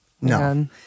No